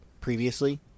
previously